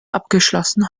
abgeschlossen